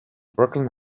brooklyn